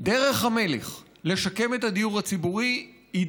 דרך המלך לשקם את הדיור הציבורי היא